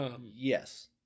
Yes